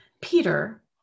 Peter